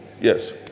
Yes